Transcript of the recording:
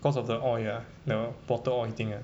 cause of the oil ah the bottle oil thing ah